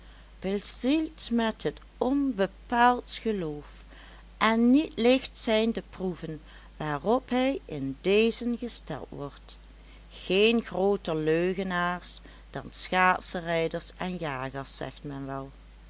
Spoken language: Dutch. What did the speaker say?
bezield met het onbepaaldst geloof en niet licht zijn de proeven waarop hij in dezen gesteld wordt geen grooter leugenaars dan schaatserijders en jagers zegt men wel